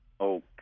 Okay